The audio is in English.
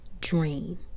Dream